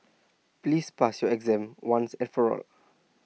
please pass your exam once and for all